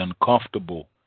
uncomfortable